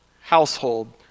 household